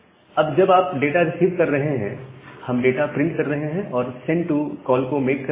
अब जब आप डाटा रिसीव कर रहे हैं हम डाटा प्रिंट कर रहे हैं और सेंड टू कॉल को मेक कर रहे हैं